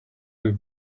would